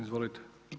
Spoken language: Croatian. Izvolite.